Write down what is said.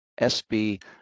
SB